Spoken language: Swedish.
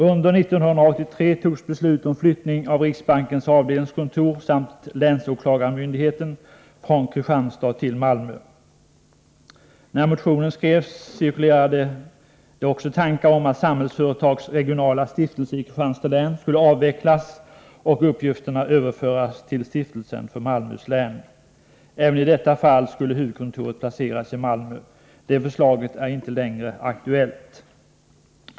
Under 1983 fattades beslut om flyttning av riksbankens avdelningskontor samt länsåklagarmyndigheten från Kristianstad till Malmö. När motionen skrevs cirkulerade det också tankar om att Samhällsföretags regionala stiftelse i Kristianstads län skulle avvecklas och uppgifterna överföras till stiftelsen för Malmöhus län. Även i detta fall skulle huvudkontoret placeras i Malmö. Det förslaget är inte längre aktuellt.